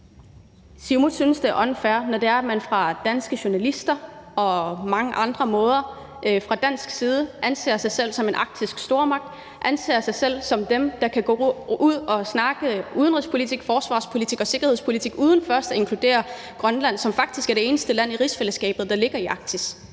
Siumut synes, det er unfair, når det er, at man fra danske journalisters og på mange andre måder fra dansk side anser sig selv som en arktisk stormagt, anser sig selv som dem, der kan gå ud og snakke om udenrigspolitik, forsvarspolitik og sikkerhedspolitik uden først at inkludere Grønland, som faktisk er det eneste land i rigsfællesskabet, der ligger i Arktis.